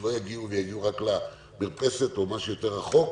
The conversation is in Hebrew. שלא יגיעו אלא רק למרפסת או למקום יותר רחוק.